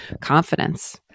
confidence